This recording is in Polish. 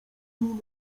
minę